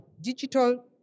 digital